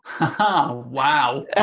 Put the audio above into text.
Wow